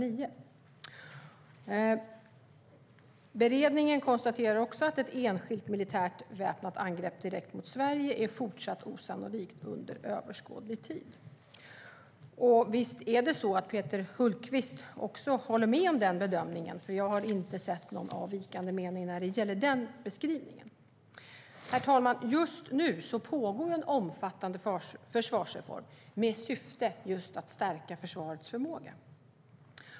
I beredningen konstateras också att ett enskilt militärt väpnat angrepp mot Sverige är fortsatt osannolikt under överskådlig tid. Visst håller Peter Hultqvist också med om den bedömningen? Jag har nämligen inte sett någon avvikande mening när det gäller den beskrivningen. Herr talman! Just nu pågår en omfattande försvarsreform med syfte att stärka försvarets förmåga.